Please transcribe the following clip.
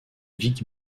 vic